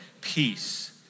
peace